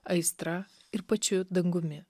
aistra ir pačiu dangumi